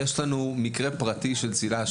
יש לנו מקרה פרטי של צלילה,